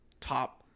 top